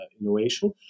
innovation